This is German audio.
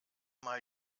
mal